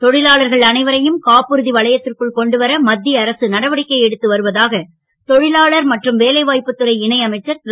தொ லாளர்கள் அனைவரையும் காப்புறு வளையத் ற்குள் கொண்டு வர மத் ய அரசு நடவடிக்கை எடுத்து வருவதாக தொ லாளர் மற்றும் வேலைவா ப்புத் துறை இணை அமைச்சர் ரு